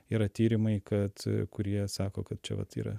yra tyrimai kad kurie sako kad čia vat yra